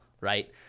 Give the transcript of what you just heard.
right